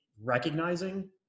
recognizing